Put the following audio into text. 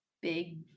big